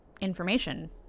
information